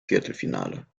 viertelfinale